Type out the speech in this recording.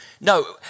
No